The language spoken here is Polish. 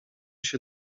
się